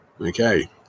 Okay